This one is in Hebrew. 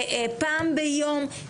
פעם ביום.